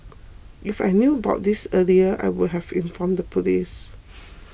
if I knew about this earlier I would have informed the police